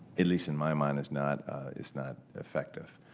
at least in my mind, is not is not effective,